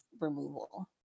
removal